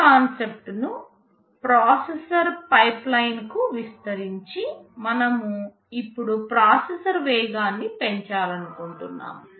ఈ కాన్సెప్ట్ ను ప్రాసెసర్ పైప్లైన్కు విస్తరించి మనం ఇప్పుడు ప్రాసెసర్ వేగాన్ని పెంచాలనుకుంటున్నాము